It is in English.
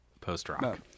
post-rock